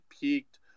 peaked